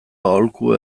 aholku